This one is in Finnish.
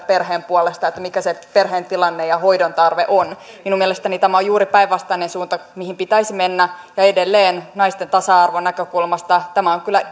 perheen puolesta mikä se perheen tilanne ja hoidon tarve on minun mielestäni tämä on juuri päinvastainen suunta kuin mihin pitäisi mennä ja edelleen naisten tasa arvonäkökulmasta tämä on kyllä